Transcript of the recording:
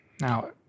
now